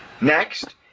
Next